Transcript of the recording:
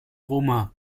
roma